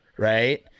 Right